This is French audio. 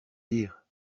dire